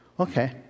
Okay